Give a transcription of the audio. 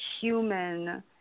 human